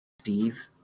Steve